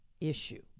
issue